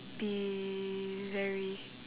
be very